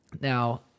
Now